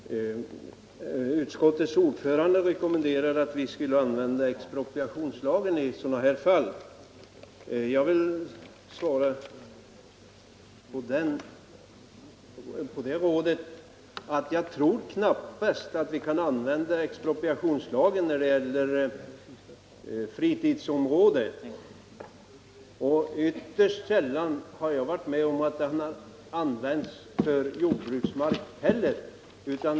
Herr talman! Utskottets ordförande rekommenderar att vi skall använda expropriationslagen i sådana här fall. Jag vill bemöta det rådet med att säga att jag knappast tror att vi använder expropriationslagen när det gäller fritidsområden, och jag har ytterst sällan varit med om att den använts för jordbruksmark.